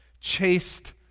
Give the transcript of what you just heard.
chased